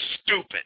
stupid